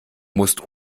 musst